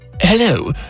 Hello